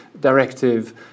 directive